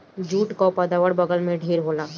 jute कअ पैदावार बंगाल में ढेर होला